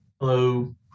Hello